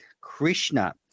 Krishna